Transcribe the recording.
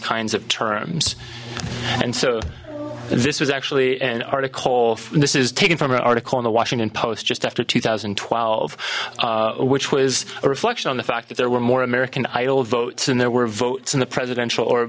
kinds of terms and so this was actually an article this is taken from an article in the washington post just after two thousand and twelve which was a reflection on the fact that there were more american idol votes and there were votes in the presidential or